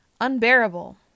unbearable